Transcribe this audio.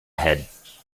ahead